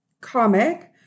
comic